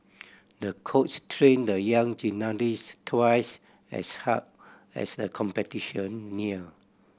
the coach trained the young gymnast twice as hard as the competition neared